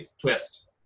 twist